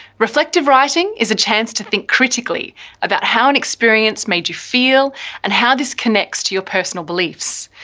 reflective writing is a chance to think critically about how an experience made you feel and how this connects to your personal beliefs.